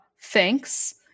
Thanks